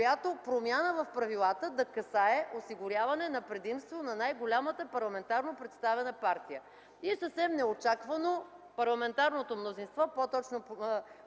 промяна в правилата, която да касае осигуряване на предимство на най-голямата парламентарно представена партия. И съвсем неочаквано парламентарното мнозинство, по-точно